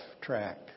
track